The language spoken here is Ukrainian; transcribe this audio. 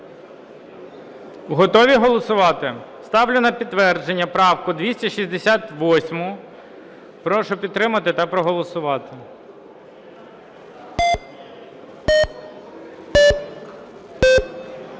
Готові голосувати? Ставлю на підтвердження правку 268. Прошу підтримати та проголосувати.